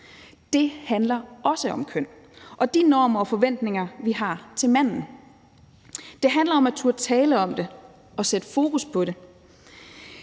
Det handler også om køn og de normer og forventninger, vi har til manden. Det handler om at turde tale om det og sætte fokus på det.